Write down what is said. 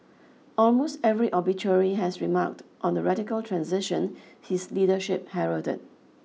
almost every obituary has remarked on the radical transition his leadership heralded